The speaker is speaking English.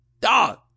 Dog